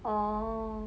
oh